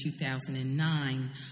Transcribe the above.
2009